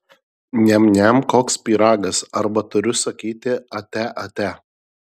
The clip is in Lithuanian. niam niam koks pyragas arba turiu sakyti ate ate